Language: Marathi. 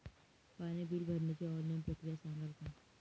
पाणी बिल भरण्याची ऑनलाईन प्रक्रिया सांगाल का?